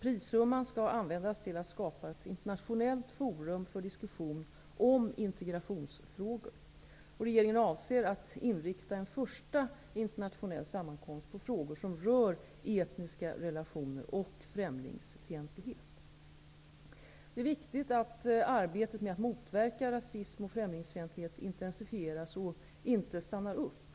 Prissumman skall användas till att skapa ett internationellt forum för diskussion om integrationsfrågor. Regeringen avser att inrikta en första internationell sammankomst på frågor som rör etniska relationer och främlingsfientlighet. Det är viktigt att arbetet med att motverka rasism och främlingfientlighet intensifieras och inte stannar upp.